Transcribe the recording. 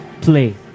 Play